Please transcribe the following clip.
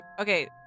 Okay